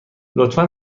لطفا